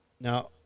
now